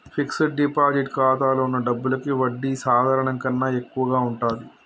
fixed deposit ఖాతాలో వున్న డబ్బులకి వడ్డీ సాధారణం కన్నా ఎక్కువగా ఉంటది